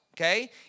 okay